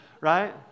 right